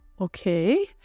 okay